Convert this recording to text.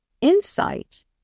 insight